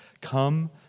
come